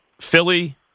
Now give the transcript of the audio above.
Philly